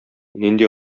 нинди